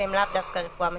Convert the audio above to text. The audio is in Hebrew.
והם לאו דווקא רפואה משלימה.